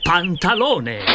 Pantalone